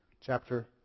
chapter